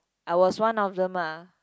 I was one of them ah